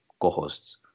co-hosts